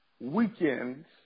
weekends